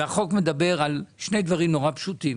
והחוק מדבר על שני דברים נורא פשוטים.